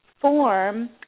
form